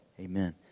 Amen